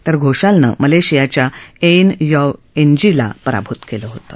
तर घोसालनं मलेशियाच्या एईन यॉव एनजीला पराभूत केलं होतं